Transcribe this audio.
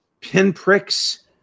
pinpricks